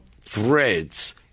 threads